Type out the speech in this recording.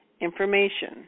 information